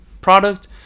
product